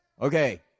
Okay